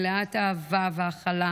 מלאת אהבה והכלה,